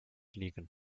liegen